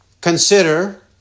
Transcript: consider